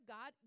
God